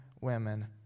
women